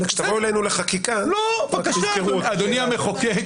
אבל כשתבואו אלינו לחקיקה --- אדוני המחוקק,